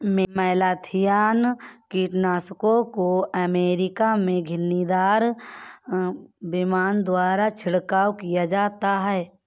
malathion कीटनाशक को America में घिरनीदार विमान द्वारा छिड़काव किया जाता है